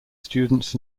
students